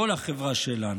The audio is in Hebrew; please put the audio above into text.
כל החברה שלנו.